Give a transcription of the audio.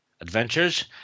adventures